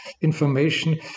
information